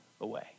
away